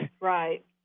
Right